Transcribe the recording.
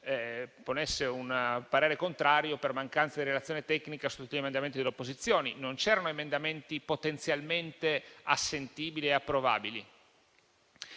esprimesse un parere contrario per mancanza di relazione tecnica su tutti gli emendamenti delle opposizioni. Non c'erano emendamenti potenzialmente assentibili e approvabili.